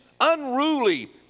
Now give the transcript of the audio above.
unruly